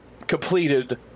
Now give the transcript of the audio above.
completed